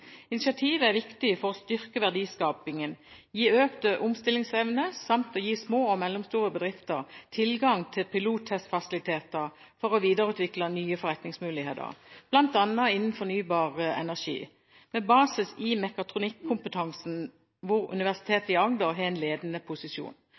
Initiativ er viktig for å styrke verdiskapingen, gi økt omstillingsevne samt å gi små og mellomstore bedrifter tilgang til pilottestfasiliteter for å videreutvikle nye forretningsmuligheter, bl.a. innen fornybar energi, med basis i mechatronic-kompetansen, hvor